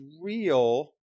real